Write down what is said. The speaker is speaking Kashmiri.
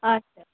اچھا